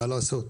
מה לעשות?